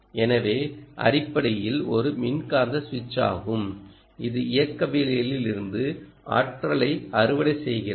எனவே இது அடிப்படையில் ஒரு மின்காந்த சுவிட்ச் ஆகும் இது இயக்கவியலில் இருந்து ஆற்றலை அறுவடை செய்கிறது